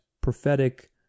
prophetic